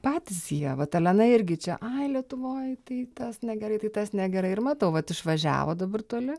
patys jie vat elena irgi čia aj lietuvoj tai tas negerai tai tas negerai ir matau vat išvažiavo dabar toli